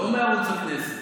לא מערוץ הכנסת.